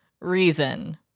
reason